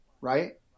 Right